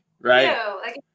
right